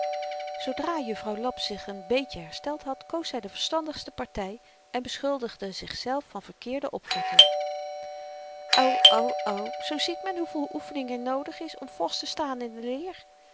zoodra juffrouw laps zich n beetje hersteld had koos zy de verstandigste party en beschuldigde zichzelf van verkeerde opvatting o o o zoo ziet men hoeveel oefening er noodig is om vasttestaan in de leer